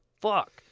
fuck